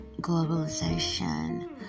Globalization